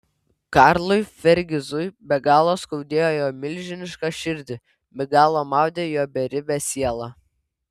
karlui fergizui be galo skaudėjo jo milžinišką širdį be galo maudė jo beribę sielą